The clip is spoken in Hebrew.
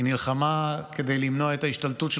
היא נלחמה כדי למנוע את ההשתלטות של